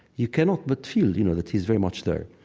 you cannot but feel, you know, that he is very much there.